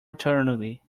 eternity